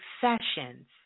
sessions